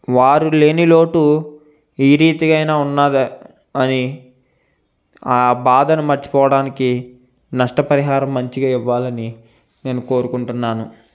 వారు లేని లోటు ఈ రీతిగైన ఉన్నది అని ఆ బాధను మర్చిపోడానికి నష్టపరిహారం మంచిగా ఇవ్వాలని నేను కోరుకుంటున్నాను